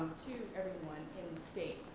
to everyone in the state.